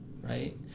right